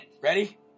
Ready